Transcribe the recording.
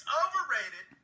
overrated